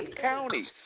counties